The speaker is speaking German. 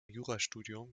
jurastudium